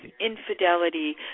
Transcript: infidelity